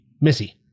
Missy